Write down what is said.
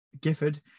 gifford